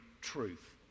truth